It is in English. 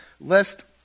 lest